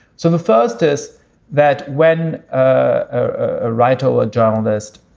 so the first is that when a writer or a journalist,